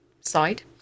side